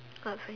uh french